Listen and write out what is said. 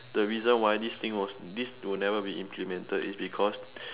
the reason why this thing was this will never be implemented is because